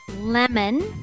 lemon